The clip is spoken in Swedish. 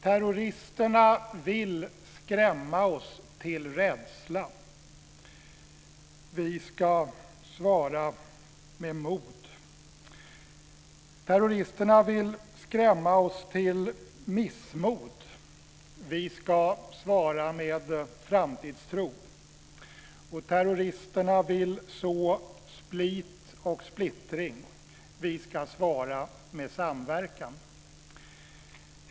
Terroristerna vill skrämma oss till rädsla. Vi ska svara med mod. Terroristerna vill skrämma oss till missmod. Vi ska svara med framtidstro. Terroristerna vill så split och splittring. Vi ska svara med samverkan.